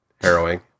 harrowing